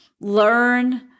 learn